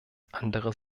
andere